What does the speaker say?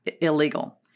illegal